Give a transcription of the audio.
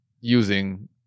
using